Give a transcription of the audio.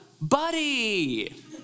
buddy